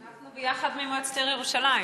אנחנו יחד ממועצת העיר ירושלים.